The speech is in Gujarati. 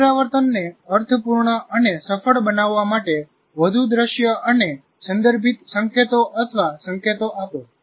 પુનરાવર્તનને અર્થપૂર્ણ અને સફળ બનાવવા માટે વધુ દ્રશ્ય અને સંદર્ભિત સંકેતો અથવા સંકેતો આપો